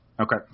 Okay